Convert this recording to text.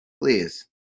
please